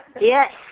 Yes